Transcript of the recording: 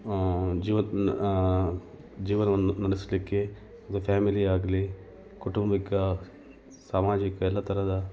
ಜೀವದ ಜೀವನವನ್ನು ನಡೆಸಲಿಕ್ಕೆ ದ ಫ್ಯಾಮಿಲಿಯಾಗಲೀ ಕೌಟುಂಬಿಕ ಸಾಮಾಜಿಕ ಎಲ್ಲ ಥರದ